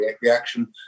reaction